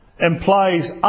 implies